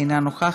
אינה נוכחת,